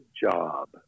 job